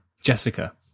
Jessica